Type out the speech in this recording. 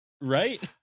right